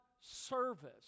service